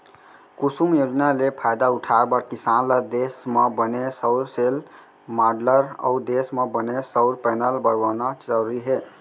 कुसुम योजना ले फायदा उठाए बर किसान ल देस म बने सउर सेल, माँडलर अउ देस म बने सउर पैनल बउरना जरूरी हे